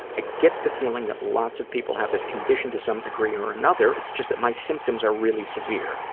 i get the feeling that lots of people have this condition to some degree or another. it's just that my symptoms are really severe.